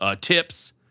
tips